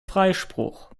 freispruch